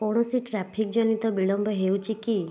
କୌଣସି ଟ୍ରାଫିକ୍ ଜନିତ ବିଳମ୍ବ ହେଉଛି କି